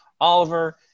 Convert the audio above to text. Oliver